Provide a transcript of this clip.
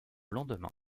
lendemain